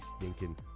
stinking